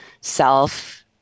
self